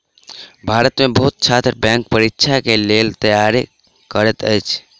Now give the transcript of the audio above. भारत में बहुत छात्र बैंक परीक्षा के लेल तैयारी करैत अछि